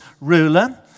ruler